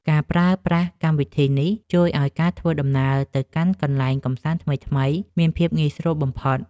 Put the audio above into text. ការប្រើប្រាស់កម្មវិធីនេះ ជួយឱ្យការធ្វើដំណើរទៅកាន់កន្លែងកម្សាន្តថ្មីៗមានភាពងាយស្រួលបំផុត។